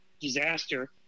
disaster